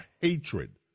hatred